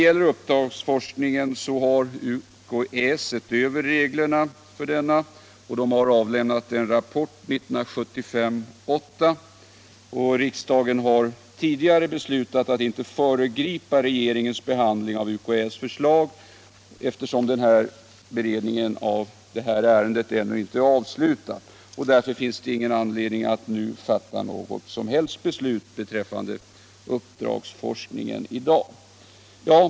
Universitetskanslersämbetet har sett över reglerna för uppdragsforskning och avlämnat en rapport, 1975:8. Riksdagen har tidigare beslutat att inte föregripa regeringens behandling av UKÄ:s förslag, eftersom beredningen av detta ärende ännu inte är avslutad. Därför finns det ingen anledning att i dag fatta något som helst beslut om uppdragsforskningen. Herr talman!